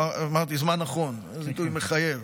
אמרתי זמן נכון, עיתוי מחייב.